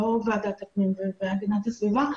לא ועדת הפנים והגנת הסביבה,